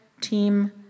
team